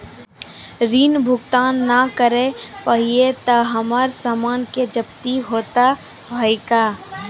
ऋण भुगतान ना करऽ पहिए तह हमर समान के जब्ती होता हाव हई का?